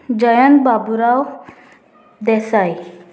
Jayant Baburao Desai